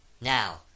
Now